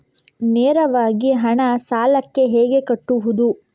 ನೇರವಾಗಿ ಹಣ ಸಾಲಕ್ಕೆ ಹೇಗೆ ಕಟ್ಟುವುದು?